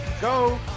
go